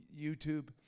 YouTube